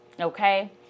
Okay